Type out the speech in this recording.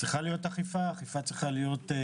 צריכה להיות אכיפה נשכנית.